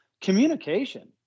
communication